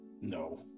No